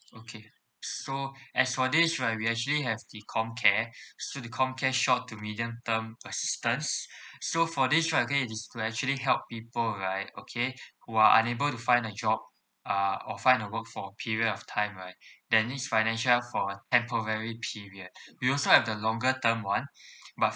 okay so as for this right we actually have the comcare so the comcare short to medium term assistance so for this right okay is to actually help people right okay who are unable to find a job uh or find a work for a period of time right that need financial for a temporarily period we also have the longer term one but